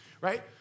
right